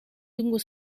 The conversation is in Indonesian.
tunggu